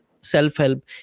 self-help